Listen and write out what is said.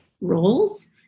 roles